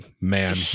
man